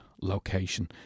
Location